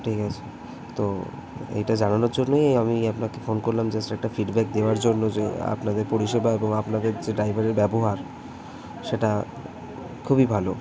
ঠিক আছে তো এটা জানানোর জন্যই আমি আপনাকে ফোন করলাম জাস্ট একটা ফিডব্যাক দেওয়ার জন্য যে আপনাদের পরিষেবা এবং আপনাদের যে ড্ৰাইভারের ব্যবহার সেটা খুবই ভালো